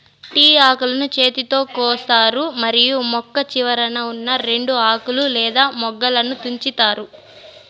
tea ఆకులను చేతితో కోస్తారు మరియు మొక్క చివరన ఉన్నా రెండు ఆకులు లేదా మొగ్గలను తుంచుతారు